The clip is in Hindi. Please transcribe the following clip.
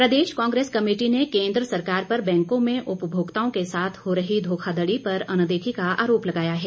कांग्रेस प्रदेश कांग्रेस कमेटी ने केंद्र सरकार पर बैंकों में उपभोक्ताओं के साथ हो रही धोखाधड़ी पर अनदेखी का आरोप लगाया है